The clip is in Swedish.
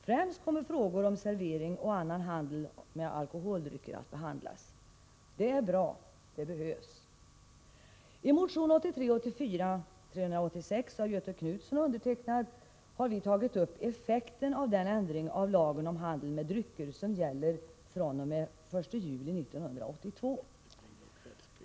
Främst kommer frågor om servering och annan handel med alkoholdrycker att behandlas. Det är bra, och det behövs. I motion 1983/84:386 av Göthe Knutson och mig själv har vi tagit upp effekten av den lag om ändring i lagen om handel med drycker som gäller fr.o.m. den 1 juli 1982.